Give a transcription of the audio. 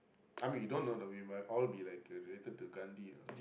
I mean we don't know that we might all be like related to Ghandi